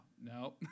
no